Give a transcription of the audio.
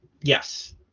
Yes